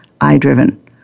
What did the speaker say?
eye-driven